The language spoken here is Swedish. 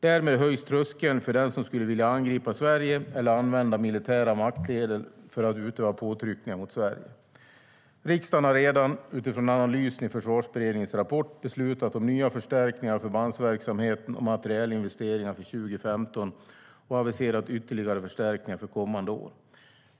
Därmed höjs tröskeln för den som skulle vilja angripa Sverige eller använda militära maktmedel för att utöva påtryckningar mot Sverige.Riksdagen har redan, utifrån analysen i Försvarsberedningens rapport, beslutat om nya förstärkningar av förbandsverksamheten och materielinvesteringar för 2015 och aviserat ytterligare förstärkningar för kommande år.